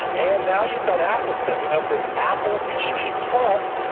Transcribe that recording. and now you've got apple stepping up with apple tv plus,